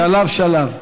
בהמשך.